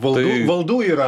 valdų valdų yra